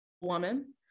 woman